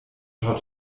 tod